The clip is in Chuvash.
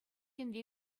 енре